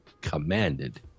commanded